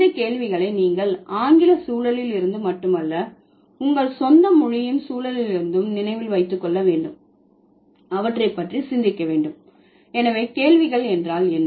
இந்த கேள்விகளை நீங்கள் ஆங்கில சூழலில் இருந்து மட்டுமல்ல உங்கள் சொந்த முதல் மொழியின் சூழலிலிருந்தும் நினைவில் வைத்துக் கொள்ள வேண்டும் அவற்றைப் பற்றி சிந்திக்க வேண்டும் எனவே கேள்விகள் என்றால் என்ன